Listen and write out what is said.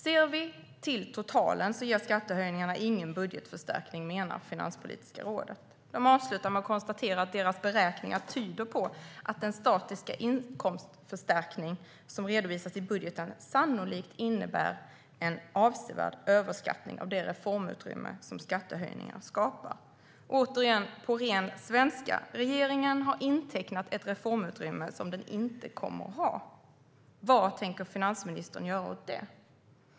Om vi ser på totalen ger skattehöjningarna ingen budgetförstärkning, menar Finanspolitiska rådet. De avslutar med att konstatera att deras beräkningar "tyder på att den statiska inkomstförstärkning som redovisas i propositionen sannolikt innebär en avsevärd överskattning av det reformutrymme som skattehöjningar skapar". På ren svenska: Regeringen har intecknat reformutrymme som den inte kommer att ha. Vad tänker finansministern göra åt det?